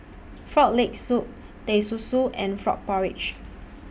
Frog Leg Soup Teh Susu and Frog Porridge